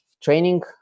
training